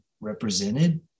represented